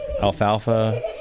Alfalfa